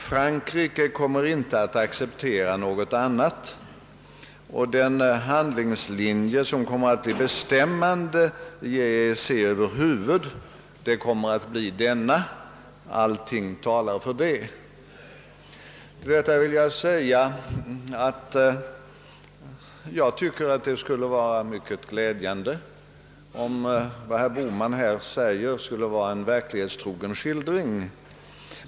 Frankrike kommer inte att acceptera något annat. Den handlingslinje som kommer att bli bestående i EEC över huvud taget blir denna; allting talar för det. Jag tycker det skulle vara mycket glädjande om herr Bohmans skildring visar sig vara verklighetstrogen.